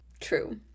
true